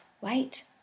wait